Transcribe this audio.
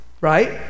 Right